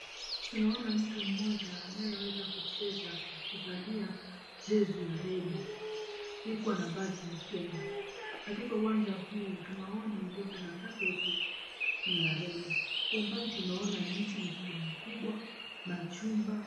Tunaona mtu mmoja anayeweza kucheza kuvalia jezi ya red iliyokuwa na b𝑎ji ya Kenya , katika uwanja huu tunaona ulioko na 𝑐𝑎𝑟𝑝𝑒𝑡[𝑐𝑠] ya [𝑐𝑠]red kwa umbali tunaona miti mikubwa, majumba.